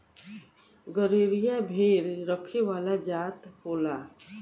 गरेरिया भेड़ रखे वाला जात होला